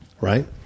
right